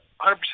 100%